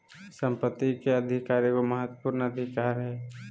संपत्ति के अधिकार एगो महत्वपूर्ण अधिकार हइ